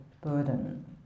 burden